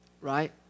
Right